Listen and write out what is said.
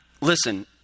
listen